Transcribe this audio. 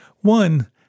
One